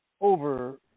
over